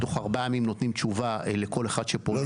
תוך ארבעה ימים נותנים תשובה לכל אחד שפונה אלינו.